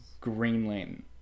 Greenland